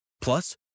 Plus